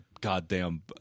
goddamn